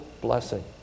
blessing